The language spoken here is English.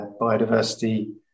biodiversity